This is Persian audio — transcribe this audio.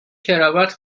کراوات